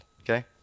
Okay